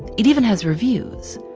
it even has reviews.